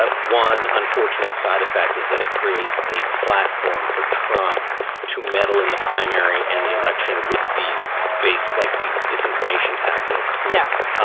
one unfortunate side effect is that it creates a platform for trump to meddle in the primary and the election with these base like these disinformation tactics. yes.